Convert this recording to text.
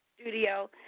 studio